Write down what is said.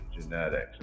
genetics